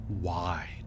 wide